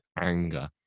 anger